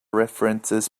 references